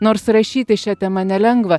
nors rašyti šia tema nelengva